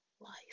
life